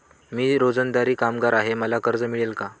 मी रोजंदारी कामगार आहे मला कर्ज मिळेल का?